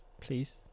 Please